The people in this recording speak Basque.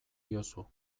diozu